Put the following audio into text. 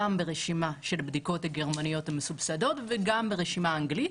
גם להיות ברשימת של הבדיקות הגרמניות המסובסדות וגם ברשימה האנגלית.